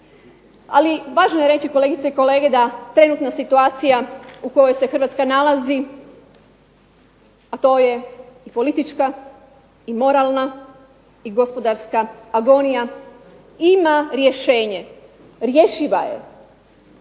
Ali važno je reći kolegice i kolege da trenutna situacija u kojoj se Hrvatska nalazi a to je politička i moralna i gospodarska agonija ima rješenje, rješiva je.